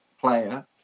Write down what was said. player